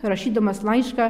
rašydamas laišką